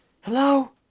hello